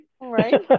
right